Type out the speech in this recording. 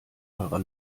eurer